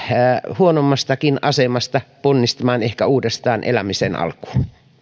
huonommastakin asemasta ponnistamaan ehkä uudestaan elämisen alkuun